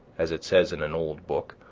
as it says in an old book,